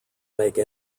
make